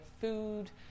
food